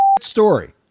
story